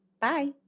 bye